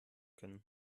können